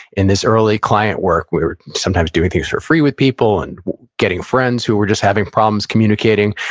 in this early client work. we were sometimes doing things for free with people, and getting friends who were just having problems communicating.